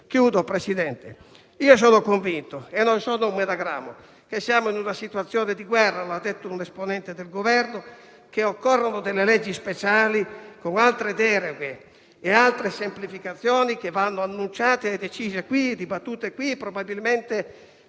signor Presidente. Sono convinto, e non sono un menagramo, che siamo in una situazione di guerra, come ha detto un esponente del Governo, e che occorrono leggi speciali, con altre deroghe e altre semplificazioni che vanno annunciate, dibattute e decise qui, sicuramente